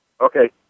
okay